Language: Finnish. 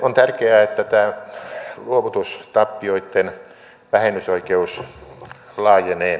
on tärkeää että tämä luovutustappioitten vähennysoikeus laajenee